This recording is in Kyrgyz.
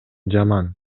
жаман